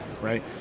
right